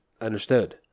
Understood